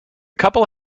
couple